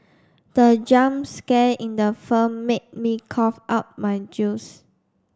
the jump scare in the film made me cough out my juice